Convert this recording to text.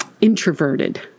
introverted